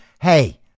Hey